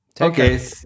Okay